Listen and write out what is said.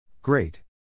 Great